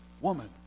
Woman